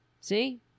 See